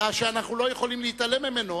שאנחנו לא יכולים להתעלם ממנו.